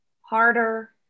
Harder